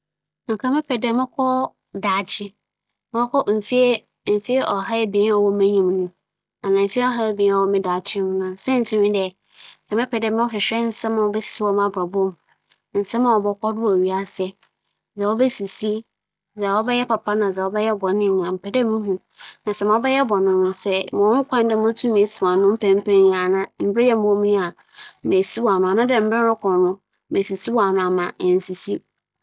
Mfe ahaebien a medze bɛsan m'ekyir akͻ dza ebesi etwa mu anaa medze bͻkͻ daakye mu ehu dza obesi dze, nkyɛ medze bɛfa dza medze bͻkͻ daakye mu na meehu dza obesi osiandɛ ma abasin kͻ dze etwa mu na mbom dza ͻwͻ m'enyim na morodwen ho na sɛ muhu dza ͻwͻ m'enyim a ͻbɛdandan m'akwan na meehu kwan a mebɛfa do a me nsa bɛka dza morohwehwɛ.